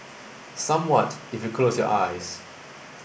somewhat if you close your eyes